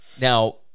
Now